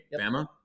Bama